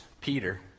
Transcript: Peter